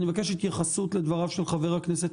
אני מבקש התייחסות לדבריו של חבר הכנסת